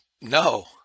No